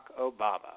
Obama